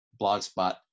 blogspot